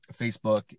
Facebook